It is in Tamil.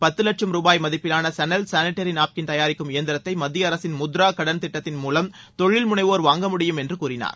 பத்து லட்சும் ரூபாய் மதிப்பிலான சணல் சானிடரி நாப்கிள் தயாரிக்கும் இயந்திரத்தை மத்திய அரசின் முத்ரா கடன் திட்டத்தின் மூலம் தொழில் முனைவோர் வாங்க முடியும் என்றும் அவர் கூறினார்